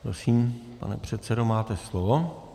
Prosím, pane předsedo, máte slovo.